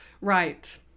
Right